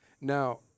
Now